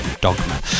Dogma